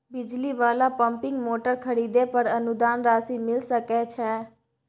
बिजली वाला pumping motor खरीदे पर अनुदान राशि मिल सके छैय?